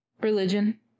Religion